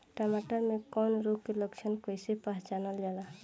टमाटर मे कवक रोग के लक्षण कइसे पहचानल जाला?